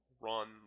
run